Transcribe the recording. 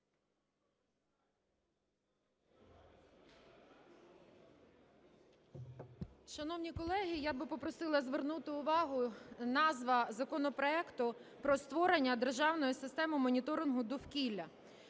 Шановні колеги, я би попросила звернути увагу, назва законопроекту: про створення державної системи моніторингу довкілля.